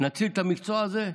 נציל את המקצוע הזה,